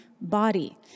body